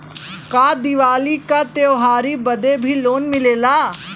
का दिवाली का त्योहारी बदे भी लोन मिलेला?